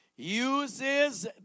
Uses